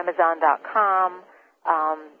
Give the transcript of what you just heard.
Amazon.com